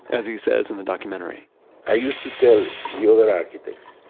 as he says in the documentary i used to tell the other architects,